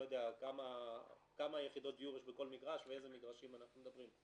לא יודע כמה יחידות דיור יש בכל מגרש ואיזה מגרשים אנחנו מדברים.